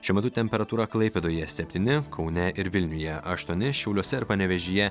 šiuo metu temperatūra klaipėdoje septyni kaune ir vilniuje aštuoni šiauliuose ir panevėžyje